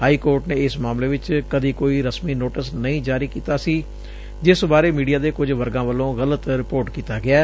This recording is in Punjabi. ਹਾਈ ਕੋਰਟ ਨੇ ਇਸ ਮਾਮਲੇ ਚ ਕਦੀ ਕੋਈ ਰਸਮੀ ਨੋਟਿਸ ਨਹੀ ਜਾਰੀ ਕੀਤਾ ਸੀ ਜਿਸ ਬਾਰੇ ਮੀਡੀਆ ਦੇ ਕੁਝ ਵਰਗਾਂ ਵੱਲੋਂ ਗਲਤ ਰਿਪੋਰਟ ਕੀਤਾ ਗਿਐ